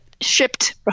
shipped